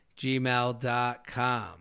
gmail.com